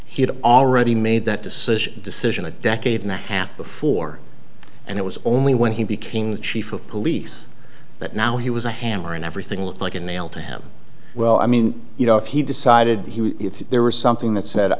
he had already made that decision decision a decade and a half before and it was only when he became the chief of police that now he was a hammer and everything looked like a nail to him well i mean you know if he decided he would if there was something that said